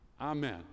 Amen